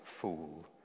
Fool